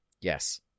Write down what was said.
yes